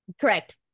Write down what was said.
Correct